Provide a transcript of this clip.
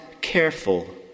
careful